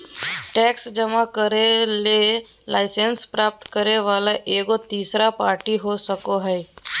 tax जमा करे ले लाइसेंस प्राप्त करे वला एगो तेसर पार्टी हो सको हइ